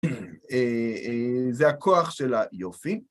זה הכוח של היופי.